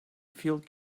field